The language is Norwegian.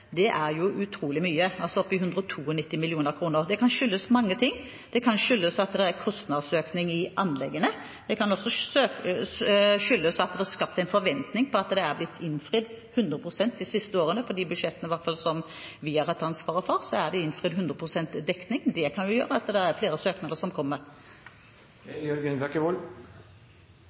det er jo utrolig mye – altså opp til 192 mill. kr. Det kan skyldes mange ting. Det kan skyldes at det er kostnadsøkning i anleggene. Det kan også skyldes at det er skapt en forventning, som følge av at det er blitt innvilget 100 pst. dekning de siste årene – i hvert fall i de budsjettene som vi har hatt ansvaret for. Det kan jo forklare at det kommer flere søknader. Aller først, takk til kulturministeren for et godt innlegg, som